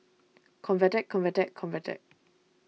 Convatec Convatec Convatec